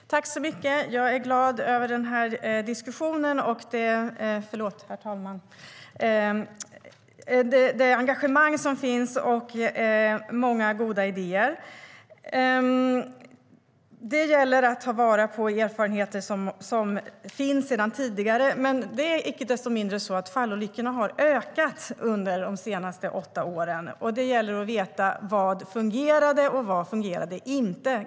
STYLEREF Kantrubrik \* MERGEFORMAT Svar på interpellationerHerr talman! Jag är glad över diskussionen och över det engagemang och de många goda idéer som finns. Det gäller att ta vara på erfarenheter som finns sedan tidigare, men icke desto mindre har fallolyckorna ökat under de senaste åtta åren. Det gäller att veta vad som fungerade och vad som inte fungerade.